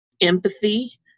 empathy